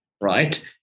right